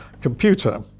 computer